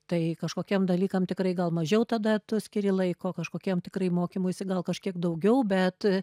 tai kažkokiem dalykam tikrai gal mažiau tada tu skiri laiko kažkokiem tikrai mokymuisi gal kažkiek daugiau bet